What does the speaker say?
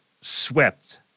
swept